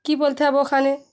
কী বলতে হবে ওখানে